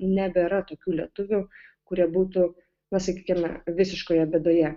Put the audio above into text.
nebėra tokių lietuvių kurie būtų na sakykime visiškoje bėdoje